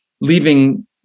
leaving